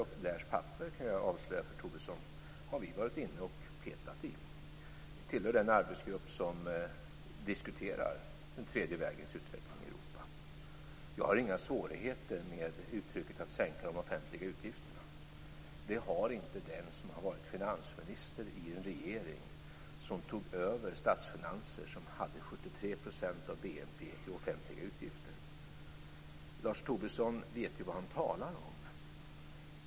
Jag kan avslöja för Tobisson att vi har varit inne och petat i Schröders och Blairs papper. Vi tillhör den arbetsgrupp som diskuterar den tredje vägens utveckling i Europa. Jag har inga svårigheter med uttrycket att sänka de offentliga utgifterna. Det har inte den som har varit finansminister i en regering som tog över statsfinanser som hade 73 % av BNP i offentliga utgifter. Lars Tobisson vet ju vad han talar om.